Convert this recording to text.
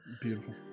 Beautiful